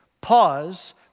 pause